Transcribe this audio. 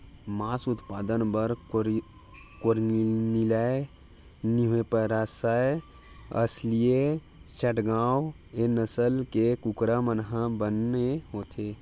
मांस उत्पादन बर कोरनिलए न्यूहेपसायर, असीलए चटगाँव ए नसल के कुकरा मन ह बने होथे